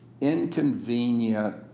inconvenient